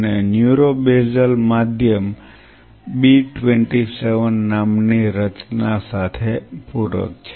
અને neuro basal માધ્યમ B27 નામની રચના સાથે પૂરક છે